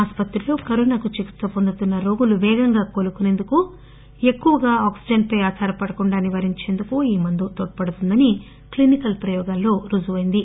ఆస్పత్రిలో కరోనాకు చికిత్ప వొందుతున్న రోగులు పేగంగా కోలుకుసేందుకు ఎక్కువగా ఆక్పిజన్ పై ఆధారపడకుండా నివారించేందుకు ఈ మందు తోడ్పడుతుందని క్లినికల్ ప్రయోగాల్లో రుజువు అయ్యింది